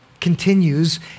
continues